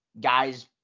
guys